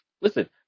listen